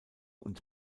und